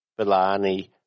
Bellani